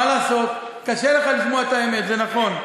מה לעשות, קשה לך לשמוע את האמת, זה נכון.